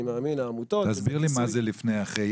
אני מאמין שהעמותות --- תסביר לי מה זה לפני או אחרי,